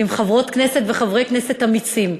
ועם חברות כנסת וחברי כנסת אמיצים,